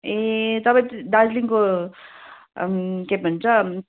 ए तपाईँ दार्जिलिङको के पो भन्छ